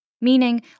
Meaning